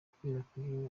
yakwirakwijwe